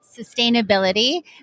sustainability